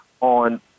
on